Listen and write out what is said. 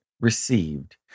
received